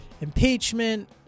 impeachment